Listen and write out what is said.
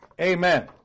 Amen